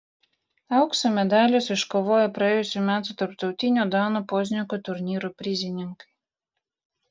aukso medalius iškovojo praėjusių metų tarptautinio dano pozniako turnyro prizininkai